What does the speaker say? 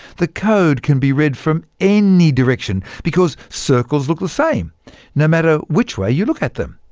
the code can be read from any direction because circles look the same no matter which way you look at them.